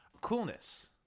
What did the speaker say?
coolness